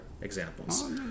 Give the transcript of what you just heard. examples